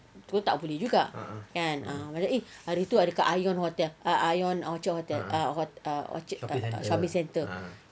tu pun tak boleh juga kan macam eh hari tu ada kat ion hotel ah ion orchard hotel ah ah orchard shopping centre